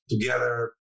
together